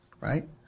right